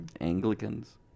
Anglicans